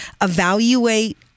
evaluate